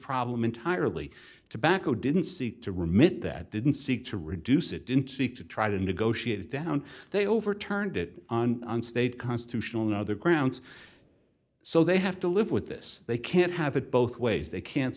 problem entirely tobacco didn't seek to remit that didn't seek to reduce it didn't seek to try to negotiate it down they overturned it on state constitutional no other grounds so they have to live with this they can't have it both ways they can't